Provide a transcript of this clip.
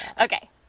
Okay